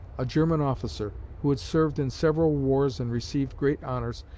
a german officer, who had served in several wars and received great honors,